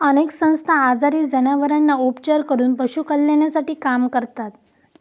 अनेक संस्था आजारी जनावरांवर उपचार करून पशु कल्याणासाठी काम करतात